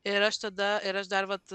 ir aš tada ir aš dar vat